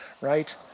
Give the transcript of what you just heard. right